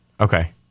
okay